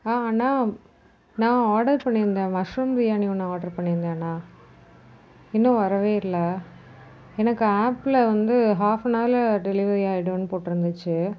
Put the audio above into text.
அண்ணா நான் ஆடர் பண்ணியிருந்தேன் நான் மஷ்ரூம் பிரியாணி ஒன்று ஆடர் பண்ணியிருந்தேன் அண்ணா இன்னும் வரவே இல்லை எனக்கு ஆப்பில் வந்து ஆஃப் அன் ஹவரில் டெலிவரி ஆகிடும்னு போட்ருந்துச்சு